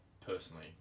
personally